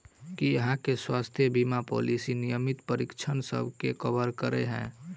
की अहाँ केँ स्वास्थ्य बीमा पॉलिसी नियमित परीक्षणसभ केँ कवर करे है?